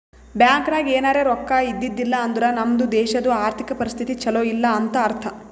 bank ನಾಗ್ ಎನಾರೇ ರೊಕ್ಕಾ ಇದ್ದಿದ್ದಿಲ್ಲ ಅಂದುರ್ ನಮ್ದು ದೇಶದು ಆರ್ಥಿಕ್ ಪರಿಸ್ಥಿತಿ ಛಲೋ ಇಲ್ಲ ಅಂತ ಅರ್ಥ